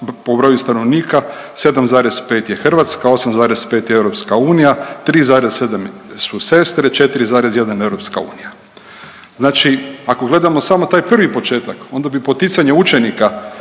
po broju stanovnika 7,5 je Hrvatska, 8,5 je EU, 3,7 su sestre, 4,1 EU. Znači ako gledamo samo taj prvi početak, onda bi poticanje učenika